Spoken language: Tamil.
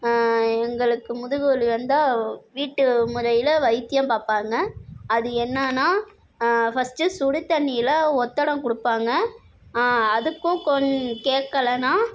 எங்களுக்கு முதுகு வலி வந்தால் வீட்டு முறையில் வைத்தியம் பார்ப்பாங்க அது என்னான்னா ஃபஸ்ட்டு சுடுத்தண்ணியில் ஒத்தனம் கொடுப்பாங்க அதுக்கும் கொஞ் கேட்கலான